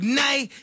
night